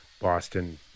Boston